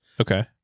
Okay